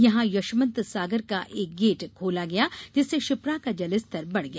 यहां यशवन्त सागर का एक गेट खोला गया जिससे क्षिप्रा का जलस्तर बड़ गया